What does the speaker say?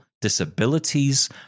disabilities